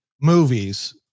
movies